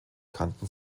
kannten